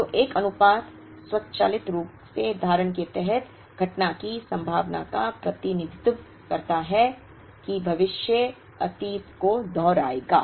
तो एक अनुपात स्वचालित रूप से धारणा के तहत घटना की संभावना का प्रतिनिधित्व करता है कि भविष्य अतीत को दोहराएगा